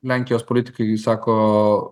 lenkijos politikai sako